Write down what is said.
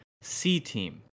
C-team